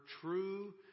true